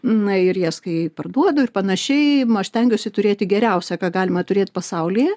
na ir jas parduodu ir panašiai aš stengiuosi turėti geriausią ką galima turėt pasauly